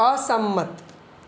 અસંમત